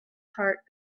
heart